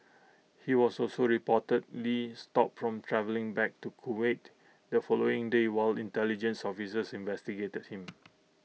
he was also reportedly stopped from travelling back to Kuwait the following day while intelligence officers investigated him